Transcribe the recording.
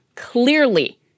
clearly